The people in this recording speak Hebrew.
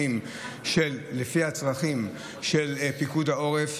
לפי הצרכים של פיקוד העורף,